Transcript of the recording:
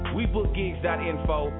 WeBookGigs.info